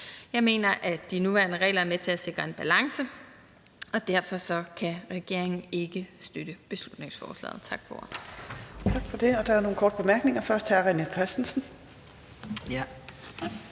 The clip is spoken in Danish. Jeg mener, at de nuværende regler er med til at sikre en balance, og derfor kan regeringen ikke støtte beslutningsforslaget. Tak for ordet. Kl. 18:01 Fjerde næstformand (Trine